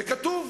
וכתוב: